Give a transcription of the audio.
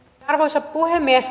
arvoisa puhemies